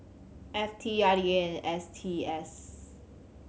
F T I D A and S T S